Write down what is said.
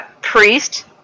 Priest